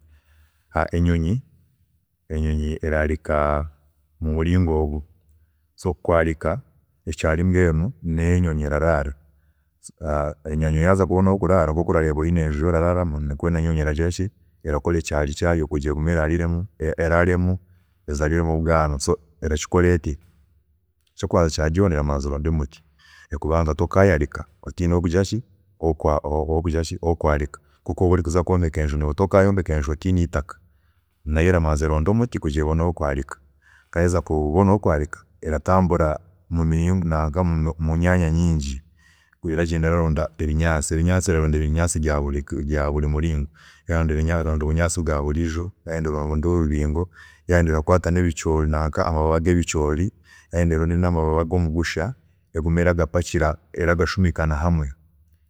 Enyonyi enyonyi okwaarika, eraarika omumuringo ogu, okwaarika ekyaari mbwenu niho enyonyi eraraara. Enyonyi yaaza kubona ahokuraara nkoku orareeba oyine enju yokuraaramu nikwe nenyonyi eragira ki, erakora ekyaari kyayo kugira ngu eraaremu ezaariremu obwaana, so erakikora eti, ekyokubanza kyabyoona erabanza eronde omuti kubanga tokayarika otiine aho kugira ki, okwa ahokwaarika nkoku wokuba orikuza kwombeka enju, niiwe tokayombeka enju oteine eitaka. Nayo erabanza eronde omuti kugira ngu ebone ahokwaarika, reero yaheza kubona ahokwarika eratambura mumyaanya mingi eragyenda eraroda ebinyaansi, yayenda eraronda ebinyaansi bya buri muringo, yayenda eraroda obunyansi bwa buriijo, yayenda eraronda ebibabi byebicoori, yayenda eraronda amababi gomugusha egume eragapakira eragashumikana hamwe